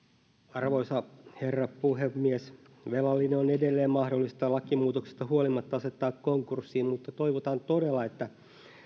arvoisa herra puhemies velallinen on lakimuutoksesta huolimatta edelleen mahdollista asettaa konkurssiin mutta toivotaan todella että